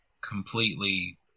completely